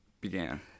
began